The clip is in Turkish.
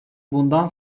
bundan